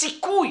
הסיכוי